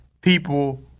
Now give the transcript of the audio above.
people